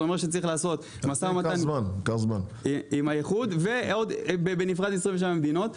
זה אומר שצריך לעשות משא ומתן עם האיחוד ובנפרד עם 27 מדינות.